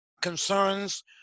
concerns